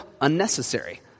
unnecessary